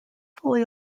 fully